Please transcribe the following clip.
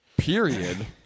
Period